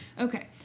okay